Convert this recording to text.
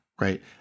right